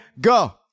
go